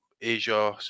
Asia